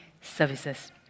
Services